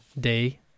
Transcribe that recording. Day